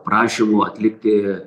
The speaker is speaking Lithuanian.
prašymų atlikti